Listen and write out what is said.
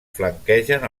flanquegen